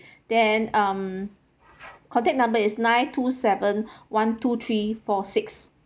then um contact number is nine two seven one two three four six